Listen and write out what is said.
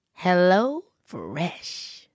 HelloFresh